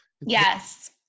Yes